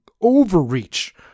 overreach